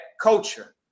culture